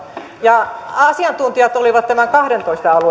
ja asiantuntijat olivat tämän kahteentoista alueen